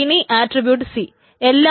ഇനി attribute C